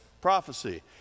prophecy